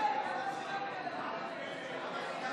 ויהדות התורה להביע אי-אמון בממשלה